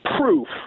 proof